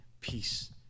peace